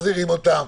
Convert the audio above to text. מחזירים אותם.